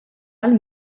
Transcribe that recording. għal